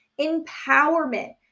empowerment